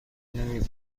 نمی